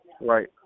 Right